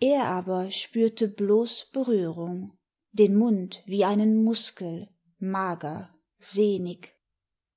er aber spürte bloß berührung den mund wie einen muskel mager sehnig